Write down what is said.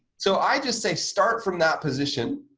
so, i just say start from that position